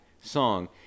song